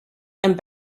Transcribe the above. and